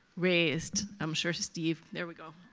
raised, i'm sure steve there we go.